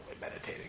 meditating